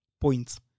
points